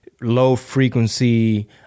low-frequency